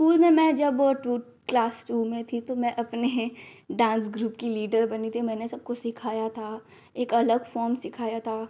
school में जब मैं टू क्लास टू में थी अपने डान्स ग्रुप की लीडर बनी थी मैंने सबको सिखाया था एक अलग फ़ॉर्म सिखाया था